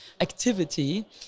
activity